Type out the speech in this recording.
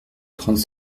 trente